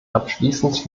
abschließend